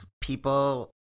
people